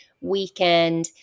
weekend